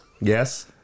yes